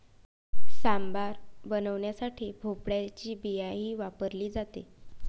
सांबार बनवण्यासाठी भोपळ्याची बियाही वापरली जाते